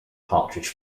partridge